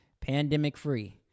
pandemic-free